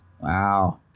Wow